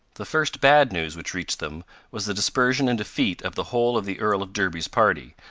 the first bad news which reached them was the dispersion and defeat of the whole of the earl of derby's party,